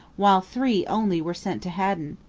while three only were sent to haddon.